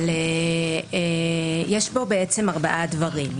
יש כאן ארבעה דברים.